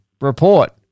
report